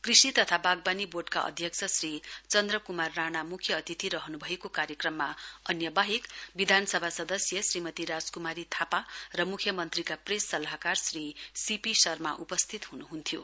कृषि तथा बागबानी बोर्डका अध्यक्ष श्री चन्द्र क्मार राणा मुख्य अतिथि रहन्भएको कार्यक्रममा अन्य बाहेक विधानसभा समदस्य श्रीमती राजक्मारी थापा र मुख्यमन्त्रीका प्रेस सल्लाहकार श्री सीपी शर्मा उपस्थित हन्ह्न्थ्यो